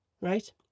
Right